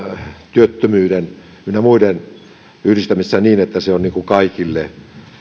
työttömyyden ynnä muiden yhdistämisessä niin että se on kaikille